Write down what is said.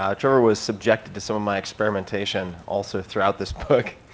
um trevor was subjected to some of my experimentation also throughout this book